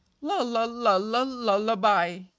lullaby